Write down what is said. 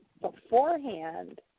beforehand